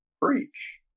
breach